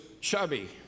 chubby